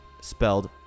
spelled